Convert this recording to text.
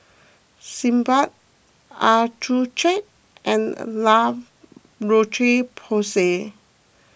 Sebamed Accucheck and La Roche Porsay